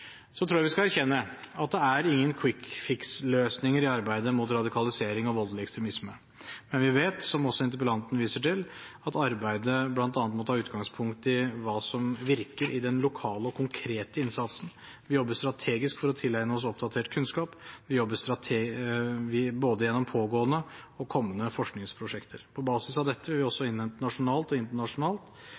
Så tror jeg vi skal erkjenne at det ikke er noen «quick fix»-løsninger i arbeidet mot radikalisering og voldelig ekstremisme. Men vi vet – som også interpellanten viser til – at arbeidet bl.a. må ta utgangspunkt i hva som virker i den lokale og konkrete innsatsen. Vi jobber strategisk for å tilegne oss oppdatert kunnskap – gjennom både pågående og kommende forskningsprosjekter. På basis av dette vil vi også innhente – nasjonalt og internasjonalt